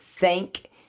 thank